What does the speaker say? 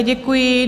Děkuji.